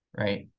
right